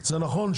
זה נכון,